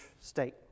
state